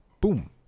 Boom